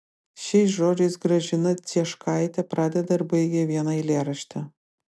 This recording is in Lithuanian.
šiais žodžiais gražina cieškaitė pradeda ir baigia vieną eilėraštį